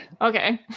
Okay